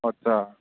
ꯑꯣ ꯆꯥ